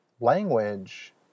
language